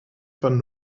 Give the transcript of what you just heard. van